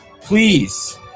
please